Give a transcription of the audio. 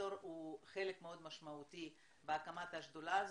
והפרופסור קוטלרמן הוא חלק מאוד משמעותי בהקמת השדולה הזאת.